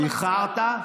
איחרת?